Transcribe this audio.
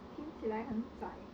听起来很在